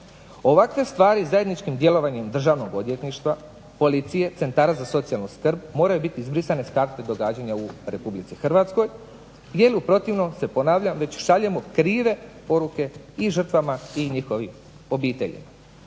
Ovakve stvari zajedničkim djelovanjem Državno odvjetništva, policije, centara za socijalnu skrb moraju biti s karte događanja u RH jer u protivnom se ponavljam šaljemo krive poruke i žrtvama i njihovim obiteljima.